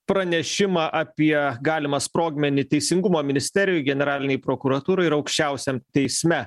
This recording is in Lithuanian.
pranešimą apie galimą sprogmenį teisingumo ministerijoj generalinėj prokuratūroj ir aukščiausiam teisme